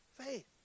faith